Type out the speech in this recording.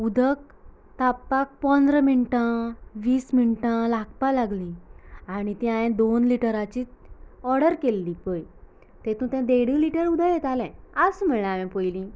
उदक तापपाक पोंदरा मिनटां वीस मिनटां लागपा लागली आनी ती हांवेन दोन लिटरांची ऑर्डर केल्ली पळय तेंतूत तें देड लिटर उदक येताले आसूं म्हळ्ळें हांवेन पोयली